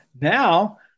now